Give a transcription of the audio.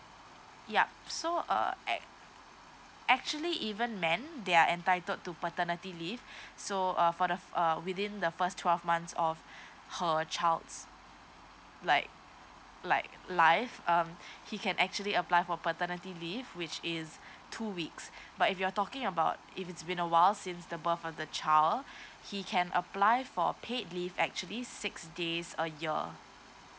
yup so uh act actually even man they are entitled to paternity leave so uh for the uh within the first twelve months of per child like like life um he can actually apply for paternity leave which is two weeks but if you are talking about if it's been a while since is the birth of the child he can apply for paid leave actually six days a year